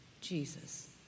Jesus